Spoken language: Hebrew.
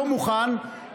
לא מוכן,